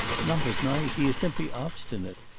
not at night. he is simply obstinate.